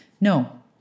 No